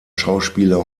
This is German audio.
schauspieler